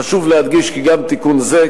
חשוב להדגיש כי גם תיקון זה,